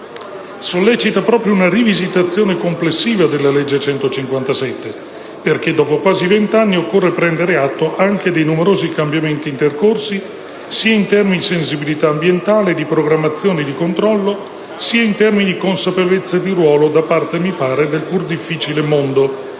sollecita proprio una rivisitazione complessiva della legge n. 157, perché dopo quasi vent'anni occorre prendere atto anche dei numerosi cambiamenti intercorsi, sia in termini di sensibilità ambientale, di programmazione e di controllo, sia in termini di consapevolezza di ruolo da parte - mi pare - del pur difficile mondo